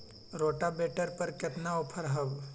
Rotavator पर केतना offer हव?